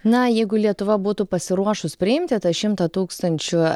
na jeigu lietuva būtų pasiruošus priimti tą šimtą tūkstančių